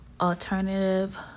alternative